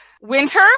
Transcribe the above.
winter